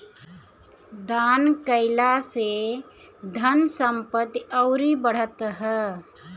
दान कईला से धन संपत्ति अउरी बढ़त ह